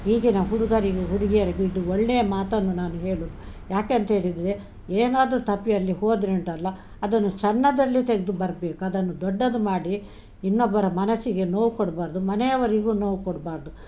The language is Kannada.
ಈಗಿನ ಹುಡುಗರಿಗೂ ಹುಡುಗಿಯರಿಗೂ ಇದು ಒಳ್ಳೆಯ ಮಾತನ್ನು ನಾನು ಹೇಳು ಯಾಕೆಂತೇಳಿದರೆ ಏನಾದರೂ ತಪ್ಪಿ ಅಲ್ಲಿ ಹೋದರ ಉಂಟಲ್ಲ ಅದನ್ನು ಸಣ್ಣದರಲ್ಲಿ ತೆಗೆದು ಬರ್ಬೇಕು ಅದನ್ನು ದೊಡ್ಡದು ಮಾಡಿ ಇನ್ನೊಬ್ಬರ ಮನಸ್ಸಿಗೆ ನೋವು ಕೊಡಬಾರ್ದು ಮನೆಯವರಿಗೂ ನೋವು ಕೊಡಬಾರ್ದು